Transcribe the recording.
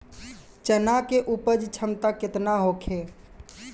चना के उपज क्षमता केतना होखे?